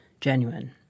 genuine